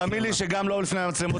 תאמין לי, גם לא לפני המצלמות.